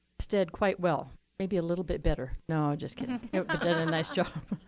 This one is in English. stead quite well, maybe a little bit better. no, just kidding, but did a nice job.